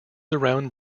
around